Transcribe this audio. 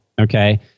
Okay